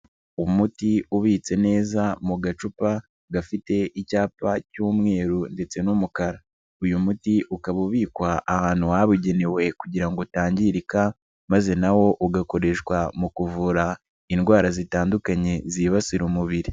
Umuti ubitse neza mu gacupa gafite icyapa cy'umweru ndetse n'umukara, uyu muti ukaba ubikwa ahantu habugenewe kugira ngo utangirika maze na wo ugakoreshwa mu kuvura indwara zitandukanye zibasira umubiri.